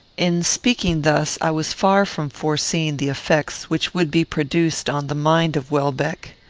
in speaking thus, i was far from foreseeing the effects which would be produced on the mind of welbeck.